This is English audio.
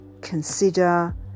consider